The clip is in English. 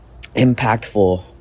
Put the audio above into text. impactful